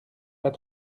pas